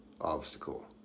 obstacle